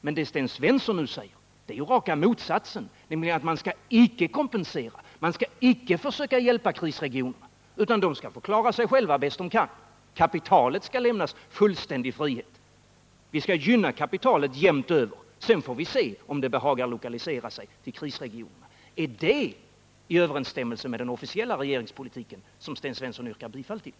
Men det som Sten Svensson nu säger är ju raka motsatsen, nämligen att man inte skall kompensera och försöka hjälpa krisregionerna. De skall få klara sig själva bäst de kan. Kapitalet skall ges fullständig frihet. Vi skall gynna det över hela linjen. Sedan får vi se om kapitalet behagar lokalisera sig till krisregionerna. Är detta i överensstämmelse med den officiella regeringspolitiken, som Sten Svensson yrkar bifall till?